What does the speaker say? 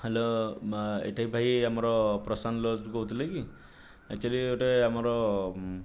hello ଏଇଟା ଭାଇ ଆମର ପ୍ରଶାନ୍ତ ଲଜ୍ ରୁ କହୁଥିଲେ କି ଏକଚୋଲି ଗୋଟିଏ ଆମର